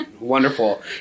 Wonderful